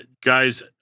guys